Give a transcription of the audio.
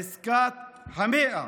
עסקת המאה.